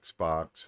Xbox